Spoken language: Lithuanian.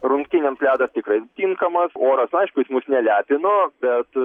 rungtynėms ledas tikrai tinkamas oras aišku jis mūsų nelepino bet